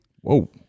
Whoa